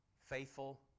Faithful